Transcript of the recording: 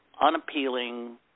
unappealing